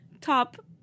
Top